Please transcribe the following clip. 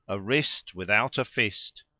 a wrist without a fist.